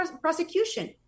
prosecution